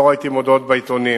לא ראיתי מודעות בעיתונים